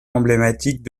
emblématiques